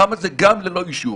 המתחם הזה גם ללא אישור.